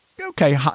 okay